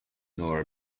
nor